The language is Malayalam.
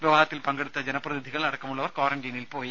വിവാഹത്തിൽ പങ്കെടുത്ത ജനപ്രതിനിധികൾ അടക്കമുള്ളവർ ക്വാറന്റീനിൽ പോയി